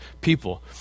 People